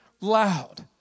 loud